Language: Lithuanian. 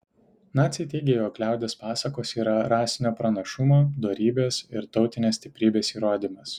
naciai teigė jog liaudies pasakos yra rasinio pranašumo dorybės ir tautinės stiprybės įrodymas